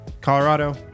Colorado